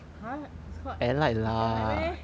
!huh! it's called it's allied meh